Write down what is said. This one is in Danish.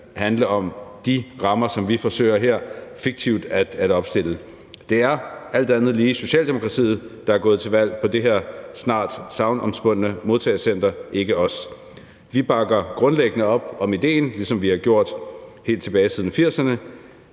handle om de rammer, som vi her forsøger fiktivt at opstille. Det er, alt andet lige, Socialdemokratiet, der er gået til valg på det her snart sagnomspundne modtagecenter – ikke os. Vi bakker grundlæggende op om idéen, ligesom vi har gjort helt tilbage siden 1980'erne,